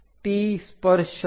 T સ્પર્શક